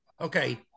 Okay